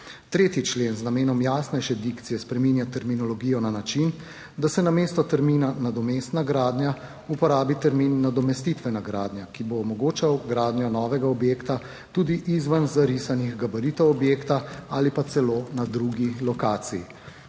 3. člen z namenom jasnejše dikcije spreminja terminologijo na način, da se namesto termina nadomestna gradnja uporabi termin nadomestitvena gradnja, ki bo omogočal gradnjo novega objekta tudi izven zarisanih gabaritov objekta ali pa celo na drugi lokaciji.